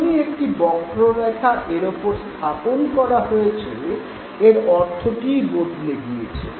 যখনই একটি বক্ররেখা এর ওপরে স্থাপন করা হয়েছে এর অর্থটিই বদলে গিয়েছে